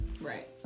Right